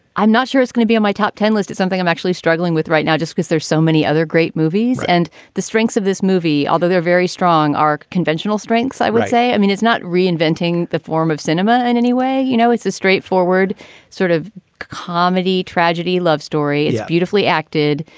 i'm not sure it's going to be on my top ten list. it's something i'm actually struggling with right now. just because there's so many other great movies and the strengths of this movie, although they're very strong, are conventional strengths, i would say. i mean, it's not reinventing the form of cinema in any way. you know, it's a straightforward sort of comedy tragedy, love story. it's beautifully acted.